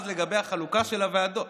לגבי החלוקה של הוועדות,